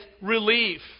relief